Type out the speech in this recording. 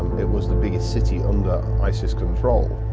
it was the biggest city under isis control.